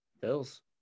bills